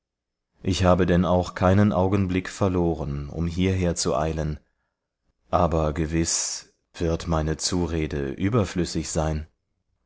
ich habe denn auch keinen augenblick verloren um hierher zu eilen aber gewiß wird meine zurede überflüssig sein